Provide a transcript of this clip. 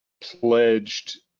pledged